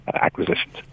acquisitions